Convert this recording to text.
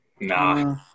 Nah